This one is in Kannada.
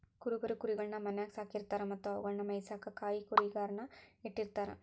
ಕುರುಬರು ಕುರಿಗಳನ್ನ ಮನ್ಯಾಗ್ ಸಾಕಿರತಾರ ಮತ್ತ ಅವುಗಳನ್ನ ಮೇಯಿಸಾಕ ಕಾಯಕ ಕುರಿಗಾಹಿ ನ ಇಟ್ಟಿರ್ತಾರ